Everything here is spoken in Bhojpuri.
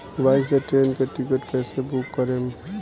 मोबाइल से ट्रेन के टिकिट कैसे बूक करेम?